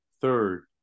third